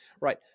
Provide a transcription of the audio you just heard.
right